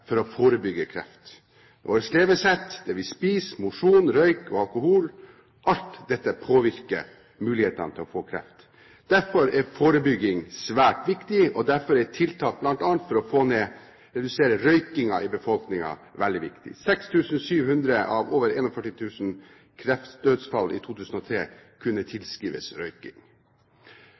for å forebygge kreft. Vårt levesett, det vi spiser, mosjon, røyk og alkohol – alt dette påvirker mulighetene til å få kreft. Derfor er forebygging svært viktig, og derfor er tiltak bl.a. for å redusere røyking blant befolkningen veldig viktig. 6 700 av over 41 000 kreftdødsfall i 2003 kunne tilskrives røyking.